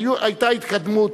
היתה התקדמות,